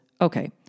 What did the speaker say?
okay